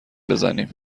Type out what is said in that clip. بزنیم